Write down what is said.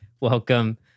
Welcome